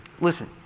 Listen